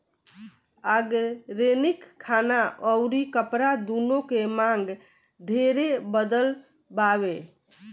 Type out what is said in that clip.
organic खाना अउरी कपड़ा दूनो के मांग ढेरे बढ़ल बावे